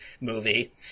movie